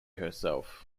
herself